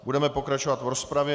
Budeme pokračovat v rozpravě.